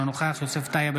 אינו נוכח יוסף טייב,